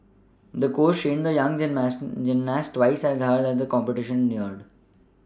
the coach trained the young gymnast twice as hard as the competition neared